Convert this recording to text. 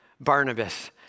Barnabas